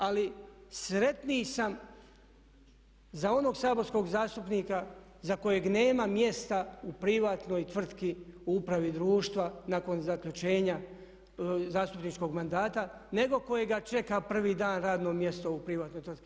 Ali sretniji sam za onog saborskog zastupnika za kojeg nema mjesta u privatnoj tvrtki u upravi društva nakon zaključenja zastupničkog mandata nego kojega čeka prvi dan, radno mjesto u privatnoj tvrtki.